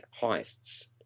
heists